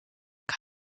kan